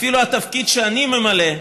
אפילו התפקיד שאני ממלא,